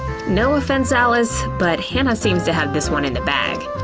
no offense alice, but hannah seems to have this one in the bag!